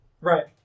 Right